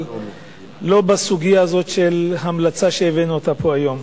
אבל לא על הסוגיה הזאת של ההמלצה שהבאנו לפה היום.